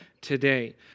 today